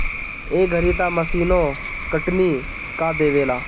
ए घरी तअ मशीनो कटनी कअ देवेला